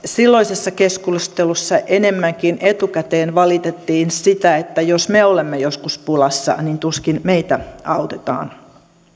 silloisessa keskustelussa enemmänkin etukäteen valitettiin sitä että jos me olemme joskus pulassa niin tuskin meitä autetaan